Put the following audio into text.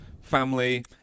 family